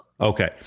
Okay